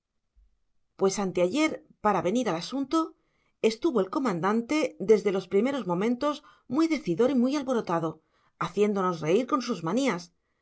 me entiendo pues anteayer para venir al asunto estuvo el comandante desde los primeros momentos muy decidor y muy alborotado haciéndonos reír con sus manías